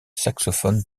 saxophone